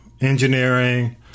engineering